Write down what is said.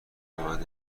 حمایت